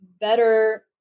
better